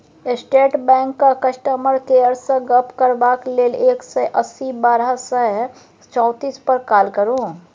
state बैंकक customer केयरसँ गप्प करबाक लेल एक सय अस्सी बारह सय चौतीस पर काँल करु